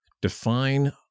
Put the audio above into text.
Define